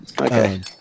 Okay